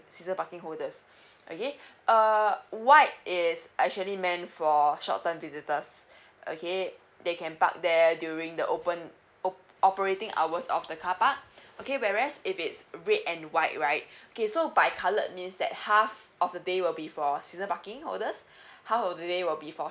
season parking holders okay err white is actually meant for short term visitors okay they can park there during the open op operating hours of the carpark okay whereas if it's red and white right okay so bicoloured means that half of the day will be for season parking holders half of the day will be for